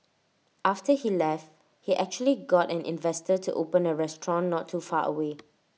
after he left he actually got an investor to open A restaurant not too far away